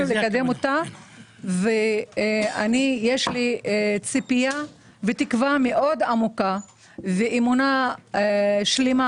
יש לי ציפייה ותקווה עמוקה מאוד ואמונה שלמה